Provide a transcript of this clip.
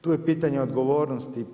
Tu je pitanje odgovornosti.